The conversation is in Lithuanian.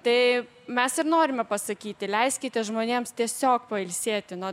tai mes ir norime pasakyti leiskite žmonėms tiesiog pailsėti nuo